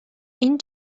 این